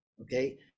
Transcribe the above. okay